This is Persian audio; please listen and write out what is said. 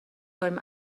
کنیم